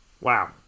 wow